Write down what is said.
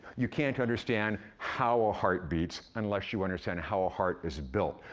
you can't understand how a heart beats unless you understand how a heart is built.